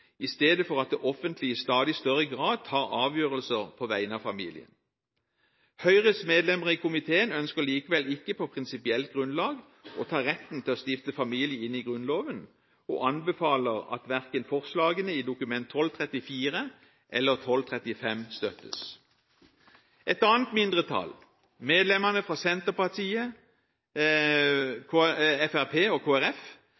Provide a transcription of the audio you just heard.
i stedet for at det offentlige i stadig større grad tar avgjørelser på vegne av familien. Høyres medlemmer i komiteen ønsker likevel ikke, på prinsipielt grunnlag, å ta retten til å stifte familie inn i Grunnloven og anbefaler at verken forslagene i Dokument 12:34 eller 12:35 støttes. Et annet mindretall, medlemmene fra Senterpartiet,